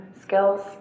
skills